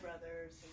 brothers